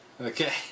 Okay